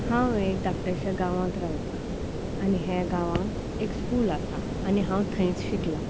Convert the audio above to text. हांव एक धाकट्याश्या गांवांत रावतां आनी हे गांवांत एक स्कूल आसा आनी हांव थंयच शिकलां